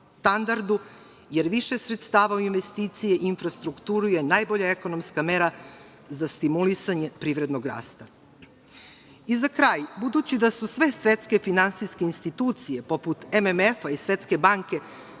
jer više sredstava u investicije i infrastrukturu, je najbolja ekonomska mera, za stimulisanje privrednog rasta.I za kraj, budući da su sve svetske finansijske institucije, poput MMF i Svetske banke,